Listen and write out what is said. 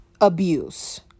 abuse